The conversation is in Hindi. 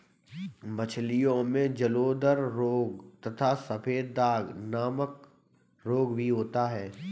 मछलियों में जलोदर रोग तथा सफेद दाग नामक रोग भी होता है